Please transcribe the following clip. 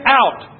out